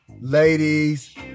ladies